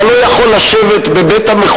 אתה לא יכול לשבת בבית-המחוקקים,